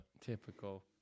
Typical